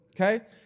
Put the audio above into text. Okay